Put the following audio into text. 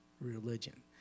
religion